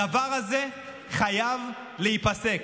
הדבר הזה חייב להיפסק.